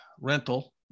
rental